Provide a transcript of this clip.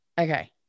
Okay